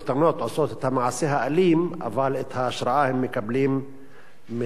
אבל את ההשראה הם מקבלים מהפוליטיקה של השנאה,